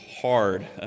hard